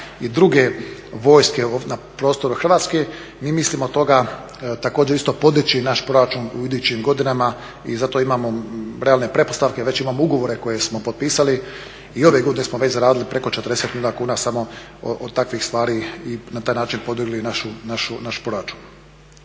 druge vojske na prostoru Hrvatske, mi mislimo toga također isto podići naš proračun u idućim godinama i zato imamo realne pretpostavke, već imamo ugovore koje smo potpisali i ove godine smo već zaradili preko 40 milijuna kuna samo od takvih stvari i na taj način podigli naš proračun.